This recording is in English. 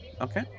Okay